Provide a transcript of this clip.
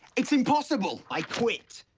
it's impossible. i quit.